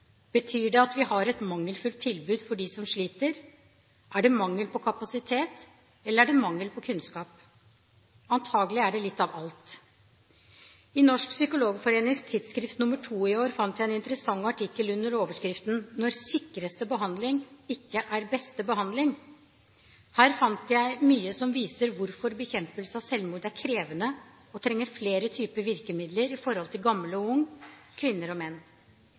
Betyr det at vi har et mangelfullt tilbud for dem som sliter? Er det mangel på kapasitet, eller er det mangel på kunnskap? Antagelig er det litt av alt. I Norsk Psykologforenings tidsskrift, utgave nr. 2 i år, fant jeg en interessant artikkel under overskriften «Når sikreste behandling ikke er beste behandling». Her fant jeg mye som viser hvorfor bekjempelse av selvmord er krevende og trenger flere typer virkemidler i forhold til gammel og ung, kvinner og menn.